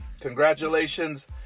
congratulations